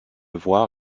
voir